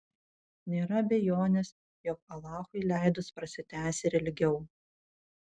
nėra abejonės jog alachui leidus prasitęs ir ilgiau